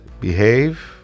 behave